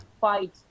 fight